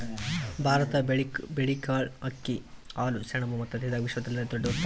ಭಾರತ ಬೇಳೆಕಾಳ್, ಅಕ್ಕಿ, ಹಾಲು, ಸೆಣಬು ಮತ್ತು ಹತ್ತಿದಾಗ ವಿಶ್ವದಲ್ಲೆ ದೊಡ್ಡ ಉತ್ಪಾದಕವಾಗ್ಯಾದ